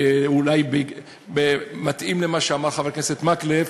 וזה אולי מתאים למה שאמר חבר הכנסת מקלב.